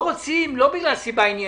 הם לא רוצים לא בגלל סיבה עניינית.